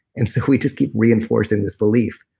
and so we just keep reinforcing this belief.